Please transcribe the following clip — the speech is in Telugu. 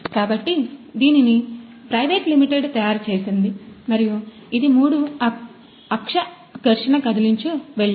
కాబట్టి దీనిని ప్రైవేట్ లిమిటెడ్ తయారుచేసింది మరియు ఇది మూడు అక్ష ఘర్షణ కదిలించు వెల్డర్